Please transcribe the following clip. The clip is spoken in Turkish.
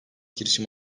girişimi